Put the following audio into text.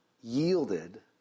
yielded